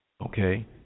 okay